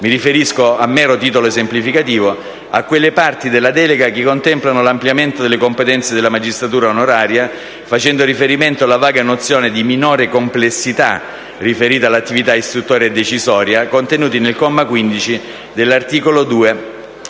Mi riferisco, a mero titolo esemplificativo, a quelle parti della delega che contemplano l'ampliamento delle competenze della magistratura onoraria facendo riferimento alla vaga nozione di «minore complessità» riferita all'attività istruttoria e decisoria, contenuti nel comma 15 dell'articolo 2,